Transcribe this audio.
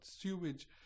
sewage